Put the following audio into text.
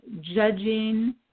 judging